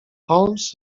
holmes